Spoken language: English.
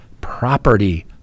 property